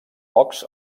pocs